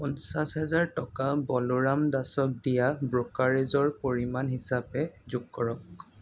পঞ্চাছ হেজাৰ টকা বলোৰাম দাসক দিয়া ব্ৰ'কাৰেজৰ পৰিমাণ হিচাপে যোগ কৰকক